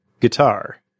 guitar